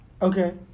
Okay